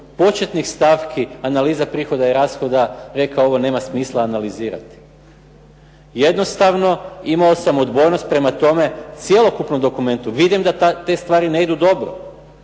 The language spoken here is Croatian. početnih stavki analiza prihoda i rashoda rekao ovo nema smisla analizirati. Jednostavno imao sam odbojnost prema tome, cjelokupnom dokumentu. Vidim da te stvari ne idu dobro.